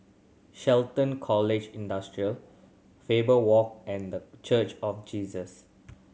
Shelton College Industrial Faber Walk and The Church of Jesus